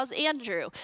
Andrew